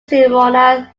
cremona